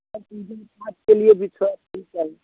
अरे पूजा पाठ के लिए भी थोड़ा फूल चाहिए